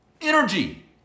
energy